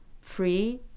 free